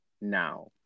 now